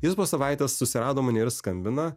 jis po savaitės susirado mane ir skambina